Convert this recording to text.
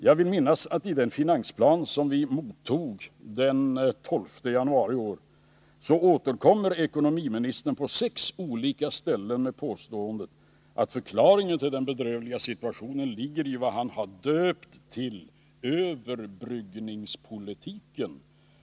Jag vill minnas att i den finansplan som vi mottog den 12 januari i år återkommer ekonomiministern på sex olika ställen med påståendet att förklaringen till den bedrövliga situationen ligger i vad han döpt till överbryggningspolitiken.